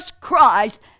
Christ